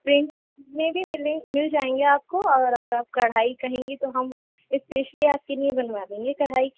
print میں بھی ملیں مل جائیں گے آپ کو اور اگر آپ کڑھائی کہیں گی تو ہم وہ اسپیشلی آپ کے لیے بنوا دیں گے کڑھائی